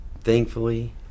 thankfully